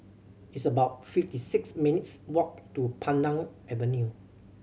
it's about fifty six minutes' walk to Pandan Avenue